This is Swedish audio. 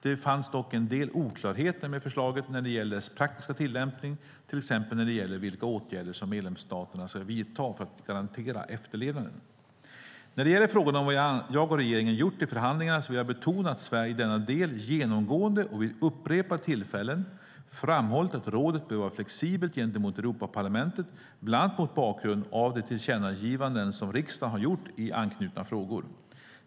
Det fanns dock en del oklarheter med förslaget om dess praktiska tillämpning, till exempel när det gäller vilka åtgärder som medlemsstaterna ska vidta för att garantera efterlevnaden. När det gäller frågan om vad jag och regeringen gjort i förhandlingarna vill jag betona att Sverige i denna del genomgående och vid upprepade tillfällen framhållit att rådet bör vara flexibelt gentemot Europaparlamentet, bland annat mot bakgrund av de tillkännagivanden som riksdagen har gjort i anknutna frågor.